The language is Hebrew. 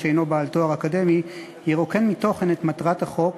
שאינו בעל תואר אקדמי תרוקן מתוכן את מטרת החוק,